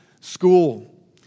school